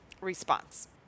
response